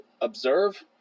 observe